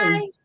Bye